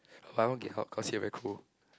but I won't get hot cause here very cold